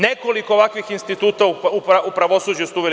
Nekoliko ovakvih instituta u pravosuđe ste uveli.